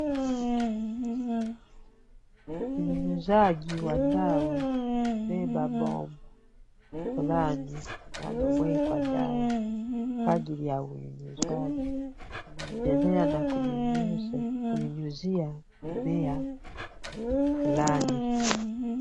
Mnyunyizaji wa dawa amebeba bomba fulani linalowekwa dawa kwa ajili ya unyunyizaji. Anaendelea na kunyunyizia mimea fulani.